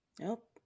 Nope